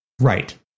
Right